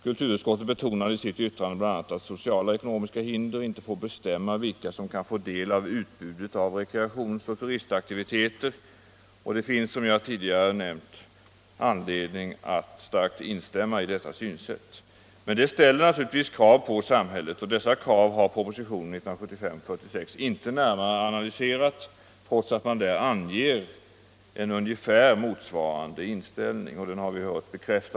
Kulturutskottet betonar i sitt yttrande bl.a. att sociala och ekonomiska hinder inte får ”bestämma vilka som kan få del av utbudet av rekreationsoch turistaktiviteter”. Det finns som jag tidigare berört anledning att starkt instämma i detta uttalande. Men detta ställer krav på samhället. Dessa krav har propositionen 1975/76:1 inte närmare analyserat trots att i propositionen anges en ungefärligen motsvarande inställning.